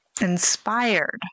Inspired